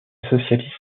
socialiste